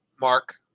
mark